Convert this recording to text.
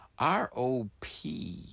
ROP